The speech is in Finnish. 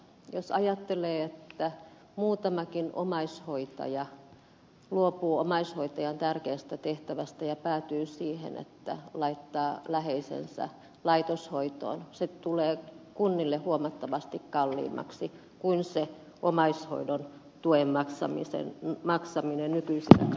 jos ajattelee että muutamakin omaishoitaja luopuu omaishoitajan tärkeästä tehtävästä ja päätyy siihen että laittaa läheisensä laitoshoitoon se tulee kunnille huomattavasti kalliimmaksi kuin se omaishoidon tuen maksaminen nykyisillä kriteereillä